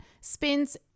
spins